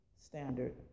standard